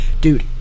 Dude